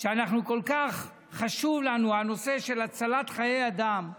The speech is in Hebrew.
שכל כך חשוב לנו הנושא של הצלת חיי אדם.